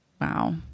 Wow